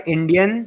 Indian